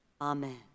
Amen